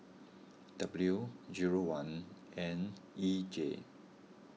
W zero one N E J